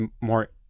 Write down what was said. more